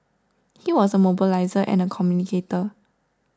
he was a mobiliser and a communicator